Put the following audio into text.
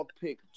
pick